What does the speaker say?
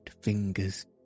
fingers